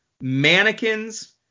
mannequins